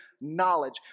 knowledge